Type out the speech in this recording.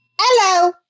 Hello